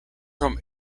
from